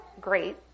great